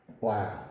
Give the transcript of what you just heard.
wow